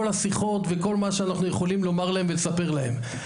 השיחות ומכל מה שאנחנו יכולים לומר להם ולספר להם.